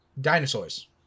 dinosaurs